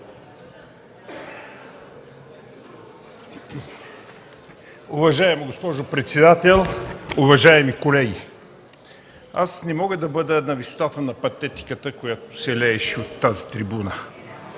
Уважаема госпожо председател, уважаеми колеги! Не мога да бъда на висотата на патетиката, която се лееше от тази трибуна.